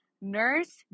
nurse